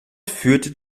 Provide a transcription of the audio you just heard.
führt